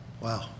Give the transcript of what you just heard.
Wow